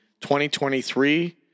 2023